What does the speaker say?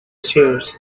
seers